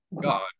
God